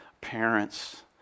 parents